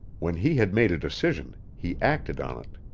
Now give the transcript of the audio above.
when he had made a decision he acted on it.